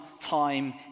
time